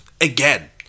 again